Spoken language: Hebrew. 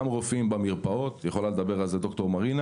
גם רופאים במרפאות ויכולה לדבר על זה ד"ר מרינה